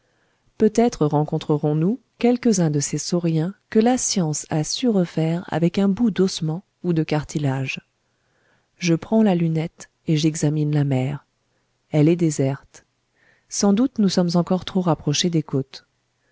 peut-être rencontrerons-nous quelques-uns de ces sauriens que la science a su refaire avec un bout d'ossement ou de cartilage je prends la lunette et j'examine la mer elle est déserte sans doute nous sommes encore trop rapprochés des côtes